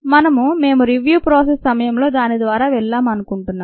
మనము మేము "review process" సమయంలో దాని ద్వారా వెళ్ళాము అనుకుంటున్నాను